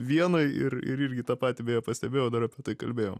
vienoj ir ir irgi tą patį beje pastebėjau dar apie tai kalbėjom